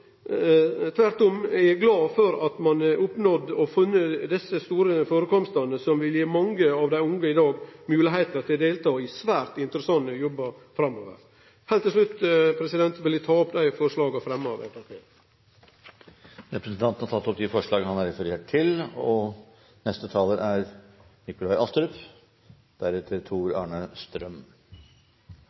Eg er glad for at ein har funne desse store førekomstane som vil gje mange av dei unge i dag moglegheit til å delta i svært interessante jobbar framover. Heilt til slutt vil eg ta opp dei forslaga som er fremma av Framstegspartiet. Representanten Oskar J. Grimstad har tatt opp de forslagene han refererte til.